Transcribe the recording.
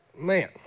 man